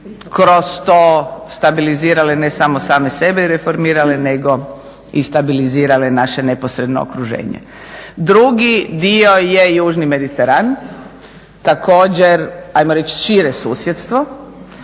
kroz to stabilizirale ne samo same sebe i reformirale nego i stabilizirale naše neposredno okruženje. Drugi dio je južni Mediteran, također ajmo reći šire susjedstvo,